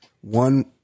one